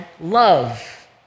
love